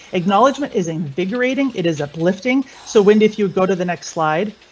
acknowledgement is invigorating. it is uplifting. so when did you go to the next slide?